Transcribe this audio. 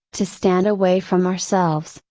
to stand away from ourselves,